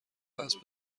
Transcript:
اسب